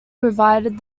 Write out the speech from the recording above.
provided